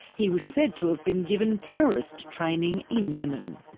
he was said to have been given terrorist training in yemen.